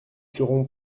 serons